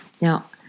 Now